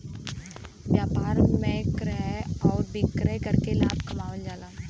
व्यापार में क्रय आउर विक्रय करके लाभ कमावल जाला